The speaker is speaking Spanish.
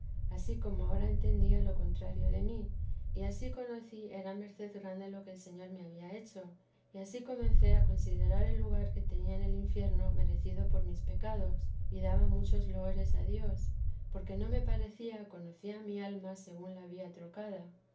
ansí como ahora entendíalo contrario de mí y ansí conocí era merced grande la que el señor me había hecho y ansí comencé a considerar el lugar que tenía en el infierno merecido por mis pecados y daba muchos loores a dios porque no me parecía conocía mi alma según la veía trocada